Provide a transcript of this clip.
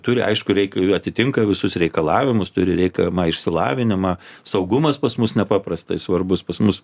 turi aišku reikia jų atitinka visus reikalavimus turi reikiamą išsilavinimą saugumas pas mus nepaprastai svarbus pas mus